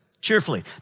cheerfully